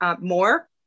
more